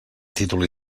títol